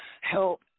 help